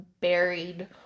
buried